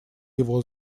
его